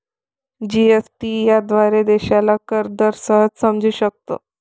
GST याद्वारे देशाला कर दर सहज समजू शकतो